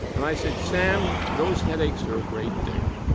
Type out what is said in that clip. and i said, sam, those headaches are a great thing.